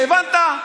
הבנת?